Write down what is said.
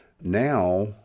now